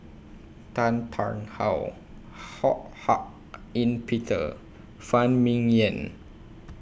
Tan Tarn How Ho Hak Ean Peter Phan Ming Yen